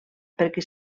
perquè